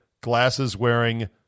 glasses-wearing